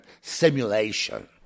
simulation